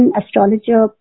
astrologer